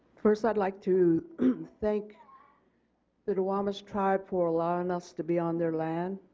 first i would like to think the duwamish tribe for allowing us to be on their land.